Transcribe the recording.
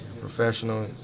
Professional